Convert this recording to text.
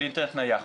של אינטרנט נייח.